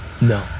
No